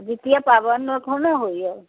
जितिए पाबनि अहाँके ओतऽ नहि होइए